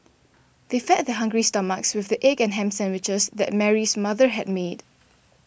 they fed their hungry stomachs with the egg and ham sandwiches that Mary's mother had made